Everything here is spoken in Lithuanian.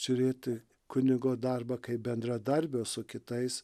žiūrėti kunigo darbą kaip bendradarbio su kitais